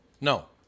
No